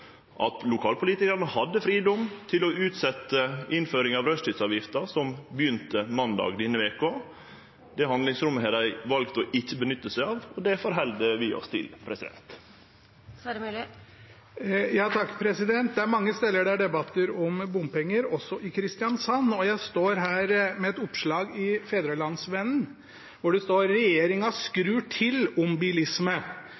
at lokalpolitikarane hadde fridom til å utsetje innføringa av rushtidsavgifta som begynte måndag denne veka. Det handlingsrommet har dei valt ikkje å bruke, og det tek vi til etterretning. Det er mange steder det er debatt om bompenger, også i Kristiansand, og jeg står her med et oppslag i Fædrelandsvennen, der det står: